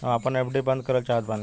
हम आपन एफ.डी बंद करल चाहत बानी